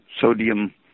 sodium